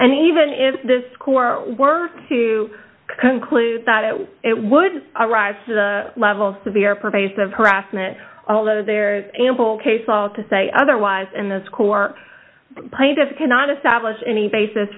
and even if the score were to conclude that it it would arise to the level severe pervasive harassment although there's ample case all to say otherwise in the score plaintiffs cannot establish any basis